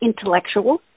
intellectual